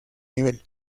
nivel